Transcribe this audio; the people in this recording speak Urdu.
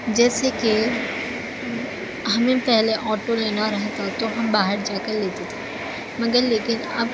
جیسے کہ ہمیں پہلے آٹو لینا رہتا تو ہم باہر جاکر لیتے تھے مگر لیکن اب